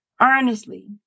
earnestly